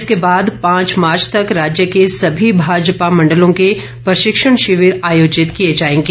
इसके बाद पांच मार्च तक राज्य के समी भाजपा मण्डलों के प्रशिक्षण शिविर आयोजित किए जाएंगे